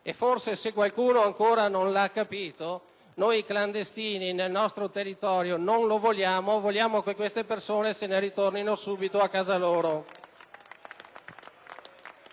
E forse, se qualcuno ancora non l'ha capito, noi i clandestini nel nostro territorio non li vogliamo: vogliamo che queste persone se ne ritornino subito a casa loro.